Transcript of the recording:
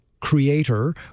Creator